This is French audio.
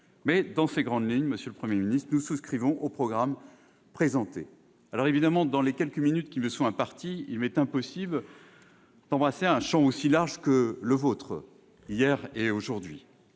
Mais, dans ses grandes lignes, monsieur le Premier ministre, nous souscrivons au programme présenté. Dans les quelques minutes qui me sont imparties, il m'est impossible d'embrasser un champ aussi large que celui que vous